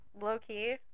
low-key